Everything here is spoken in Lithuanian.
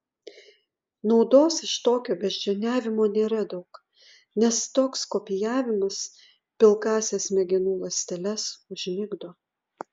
naudos iš tokio beždžioniavimo nėra daug nes toks kopijavimas pilkąsias smegenų ląsteles užmigdo